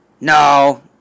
No